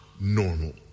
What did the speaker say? normal